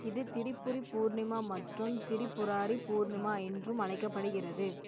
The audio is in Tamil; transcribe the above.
இது திரிபுரி பூர்ணிமா மற்றும் திரிபுராரி பூர்ணிமா என்றும் அழைக்கப்படுகிறது